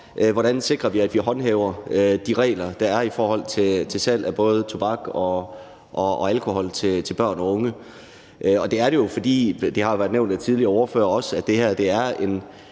hvordan vi sikrer, at vi håndhæver de regler, der er for salg af både tobak og alkohol til børn og unge. Og det er det jo, fordi det her er et meget væsentligt samfundsmæssigt problem. Det er